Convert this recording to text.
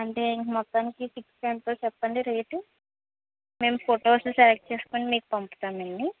అంటే మొత్తానికి ఫిక్స్ ఎంతో చెప్పండి రేటు మేము ఫోటోస్ సెలెక్ట్ చేసుకొని మీకు పంపుతాం అండి